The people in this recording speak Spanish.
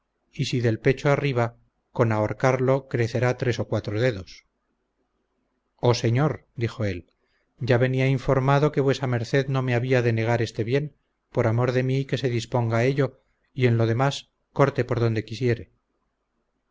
y si del pecho arriba con ahorcarlo crecerá tres o cuatro dedos oh señor dijo él ya venía informado que vuesa merced no me había de negar este bien por amor de mí que se disponga a ello y en lo demás corte por donde quisiere